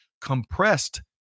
compressed